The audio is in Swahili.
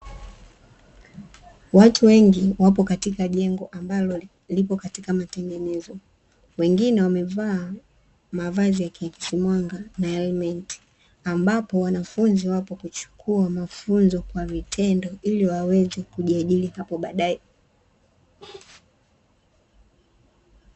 Watu wengi wapo katika jengo ambalo lipo katika matengenezo, wengine wamevaa mavazi ya kiakisi mwanga na elmenti, ambapo wanafunzi wapo kuchukua mafunzo kwa vitendo ili waweze kujiajiri hapo baadaye.